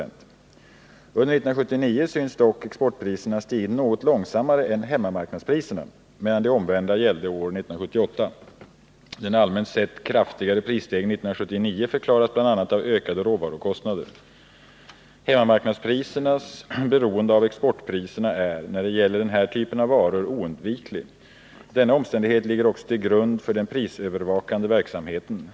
Under 1979 synes dock exportpriserna ha stigit något långsammare än hemmamarknadspriserna, medan det omvända gällde år 1978. Den allmänt sett kraftigare prisstegringen 1979 förklaras bl.a. av ökade råvarukostnader. Hemmamarknadsprisernas beroende av exportpriserna är, när det gäller den här typen av varor, oundviklig. Denna omständighet ligger också till grund för den prisövervakande verksamheten.